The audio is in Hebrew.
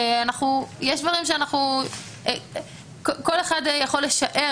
כל אחד יכול לשער,